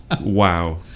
Wow